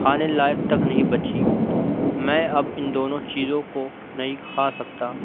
کھانے لائق تک نہیں بچی میں اب ان دونوں چیزوں کو نہیں کھا سکتا